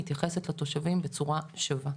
מתייחסת לתושבים בצורה שווה.